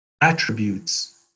attributes